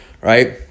right